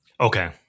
Okay